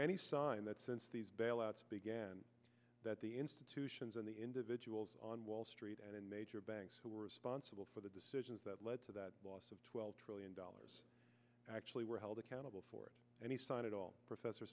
any sign that since these bailouts began that the institutions and the individuals on wall street and in major banks who were responsible for the decisions that led to that loss of twelve trillion dollars actually were held accountable for any sign at all professor